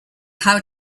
how